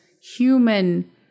human